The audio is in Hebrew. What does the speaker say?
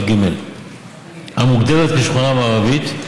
המוגדרת כשכונה מערבית,